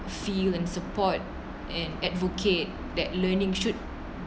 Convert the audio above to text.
feel and support and advocate that learning should